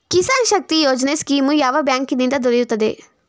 Kisan Shakti Yojana scheme ಯಾವ ಬ್ಯಾಂಕಿನಿಂದ ದೊರೆಯುತ್ತದೆ?